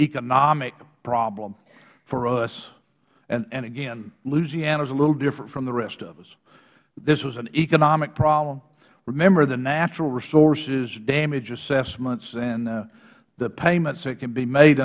economic problem for us and again louisiana's a little different from the rest of us this was an economic problem remember the natural resources damage assessments and the payments that can be made